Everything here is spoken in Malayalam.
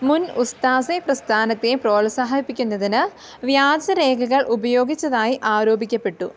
മുൻ ഉസ്താസെ പ്രസ്ഥാനത്തെ പ്രോത്സഹയിപ്പിക്കുന്നതിന് വ്യാജരേഖകൾ ഉപയോഗിച്ചതായി ആരോപിക്കപ്പെട്ടു